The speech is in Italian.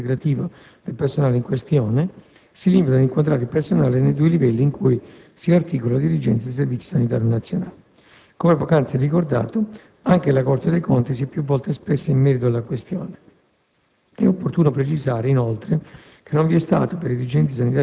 Per il Consiglio di Stato, quindi, le disposizioni normative e quelle del contratto integrativo del personale in questione «si limitano ad inquadrare il personale (...) nei due livelli in cui si articola la dirigenza del Servizio sanitario nazionale». Come poc'anzi ricordato, anche la Corte dei conti si è più volte espressa in merito alla questione.